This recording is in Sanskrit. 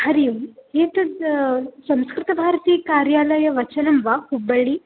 हरिः ओम् एतत् संस्कृतभारतीकार्यालयवचनं वा हुब्बळि